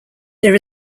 there